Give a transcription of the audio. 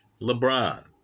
LeBron